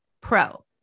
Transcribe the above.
Pro